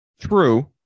True